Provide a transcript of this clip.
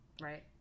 right